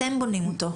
אתם בונים אותו.